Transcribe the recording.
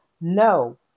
No